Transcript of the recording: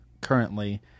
currently